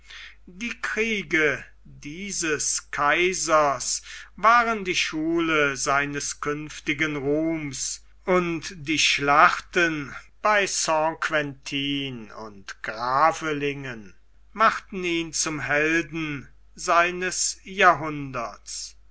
die kriege dieses kaisers waren die schule seines künftigen ruhms und die schlachten bei st quentin und gravelingen machten ihn zum helden seines jahrhunderts